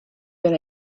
been